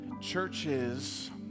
Churches